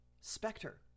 specter